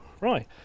right